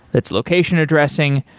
its location addressing.